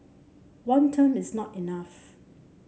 one term is not enough